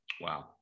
wow